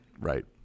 Right